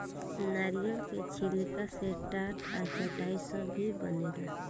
नारियल के छिलका से टाट आ चटाई सब भी बनेला